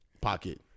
pocket